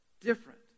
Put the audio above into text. different